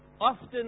often